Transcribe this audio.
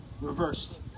reversed